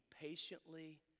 patiently